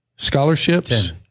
Scholarships